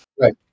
right